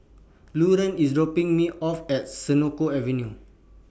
Lauren IS dropping Me off At Senoko Avenue